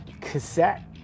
cassette